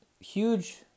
Huge